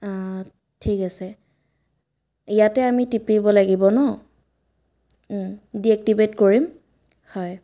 ঠিক আছে ইয়াতে আমি টিপিব লাগিব ন ডিএক্টিভেট কৰিম হয়